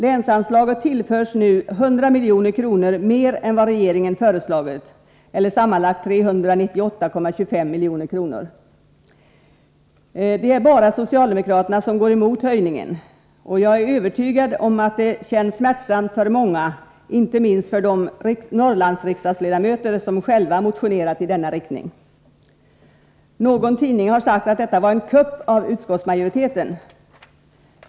Länsanslaget tillförs nu 100 milj.kr. mer än vad regeringen föreslagit, eller sammanlagt 398,25 milj.kr. Det är bara socialdemokraterna som går emot höjningen. Jag är övertygad om att det känns smärtsamt för många — inte minst för de Norrlandsriksdagsledamöter som själva motionerat i denna riktning. Någon tidning har sagt att detta var en kupp av utskottsmajoriteten.